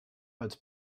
als